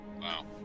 Wow